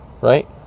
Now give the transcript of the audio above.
right